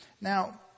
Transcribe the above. Now